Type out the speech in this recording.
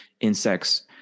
insects